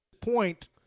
point